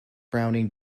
browning